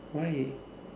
why